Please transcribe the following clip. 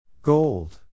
Gold